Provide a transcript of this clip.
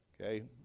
Okay